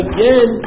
Again